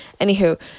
Anywho